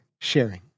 sharing